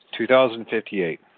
2058